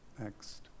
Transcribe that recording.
Next